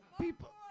People